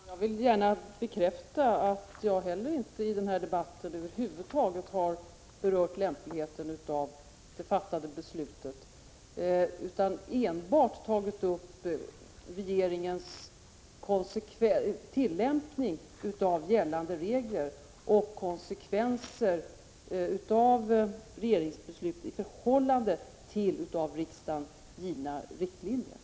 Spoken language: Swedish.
Herr talman! Jag vill bekräfta att inte heller jag i denna debatt över huvud taget har berört lämpligheten av det fattade beslutet utan enbart tagit upp regeringens tillämpning av gällande regler och konsekvenser av regeringsbeslutet i förhållande till de av riksdagen givna riktlinjerna.